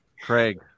Craig